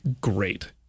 great